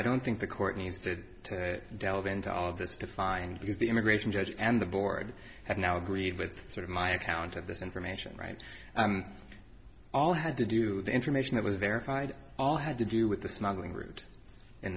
i don't think the courtney's did delve into all of this to find because the immigration judge and the board have now agreed with sort of my account of this information right all had to do the information that was verified all had to do with the smuggling route in